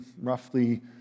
roughly